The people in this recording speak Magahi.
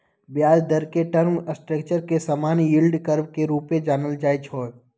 ब्याज दर के टर्म स्ट्रक्चर के समान्य यील्ड कर्व के रूपे जानल जाइ छै